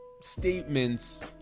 statements